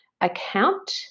account